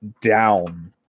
down